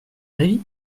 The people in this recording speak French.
d’avis